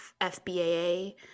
FBAA